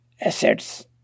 assets